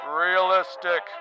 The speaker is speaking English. realistic